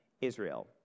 Israel